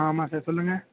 ஆமாம் சார் சொல்லுங்கள்